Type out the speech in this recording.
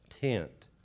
tent